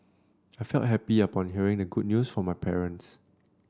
I felt happy upon hearing the good news from my parents